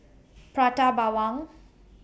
Prata Bawang